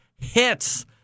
Hits